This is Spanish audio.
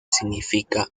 significa